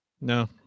no